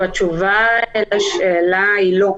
התשובה לשאלה של היושב-ראש היא לא.